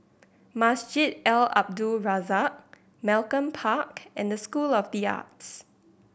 Masjid Al Abdul Razak Malcolm Park and School of The Arts